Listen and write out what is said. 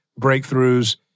breakthroughs